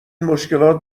مشکلات